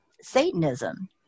Satanism